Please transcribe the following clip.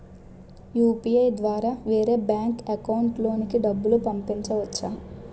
UPI ద్వారా వేరే bank account లోకి డబ్బులు పంపించవచ్చా?